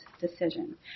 decision